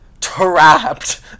trapped